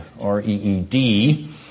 R-E-E-D